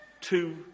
two